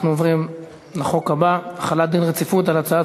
אנחנו עוברים לחוק הבא: החלת דין רציפות על הצעת